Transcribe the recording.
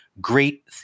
great